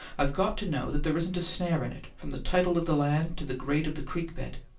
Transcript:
i've got to know that there isn't a snare in it, from the title of the land to the grade of the creek bed.